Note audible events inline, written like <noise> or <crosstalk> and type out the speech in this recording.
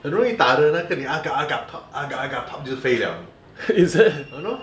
很容易打的那个你 agak agak <noise> agak agak <noise> 就可以 liao !hannor!